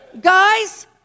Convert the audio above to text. guys